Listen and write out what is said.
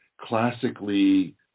classically